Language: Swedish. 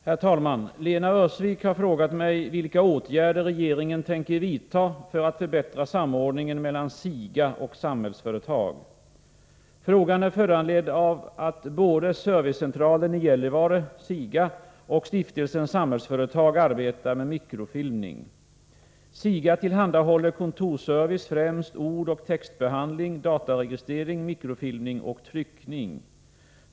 Herr talman! Lena Öhrsvik har frågat mig vilka åtgärder regeringen tänker vidta för att förbättra samordningen mellan SIGA och Samhällsföretag. Frågan är föranledd av att både Servicecentralen i Gällivare och Stiftelsen Samhällsföretag arbetar med mikrofilmning. SIGA tillhandahåller kontorsservice, främst ordoch textbehandling, dataregistrering, mikrofilmning och tryckning.